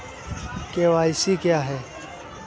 KYC क्या है?